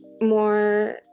more